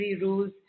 rules